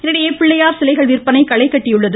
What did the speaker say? இதனிடையே பிள்ளையார் சிலைகள் விற்பனை களைகட்டியுள்ளது